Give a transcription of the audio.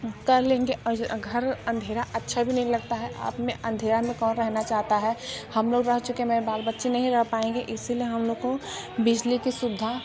कर लेंगे घर अंधेरा अच्छा भी नहीं लगता है आप में अंधेरा में कौन रहना चाहता है हम लोग रह चुके मेरे बाल बच्चे नहीं रह पाएंगे इसलिए हम लोग को बिजली की सुविधा